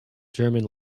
german